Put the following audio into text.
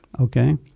Okay